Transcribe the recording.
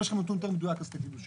אם יש לכם נתון יותר מדויק, אז תגידו.